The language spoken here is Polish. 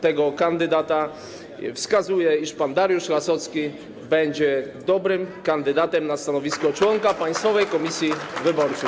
tego kandydata wskazują, iż pan Dariusz Lasocki będzie dobrym kandydatem na stanowisko członka Państwowej Komisji Wyborczej.